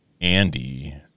Andy